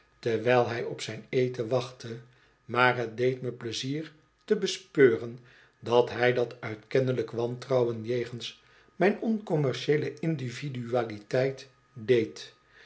terwijl hij op zijn eten wachtte maar het deed me pleizier te bespeuren dat hij dat uit kennelijk wantrouwen jegens mijn oncommercieele individualiteit deed